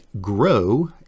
grow